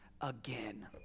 again